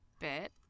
bit